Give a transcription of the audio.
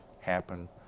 happen